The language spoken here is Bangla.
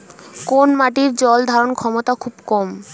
কোন মাটির জল ধারণ ক্ষমতা খুব কম?